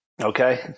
Okay